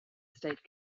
state